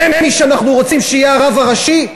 זה מי שאנחנו רוצים שיהיה הרב הראשי?